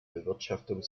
bewirtschaftung